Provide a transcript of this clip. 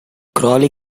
crowley